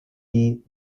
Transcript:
die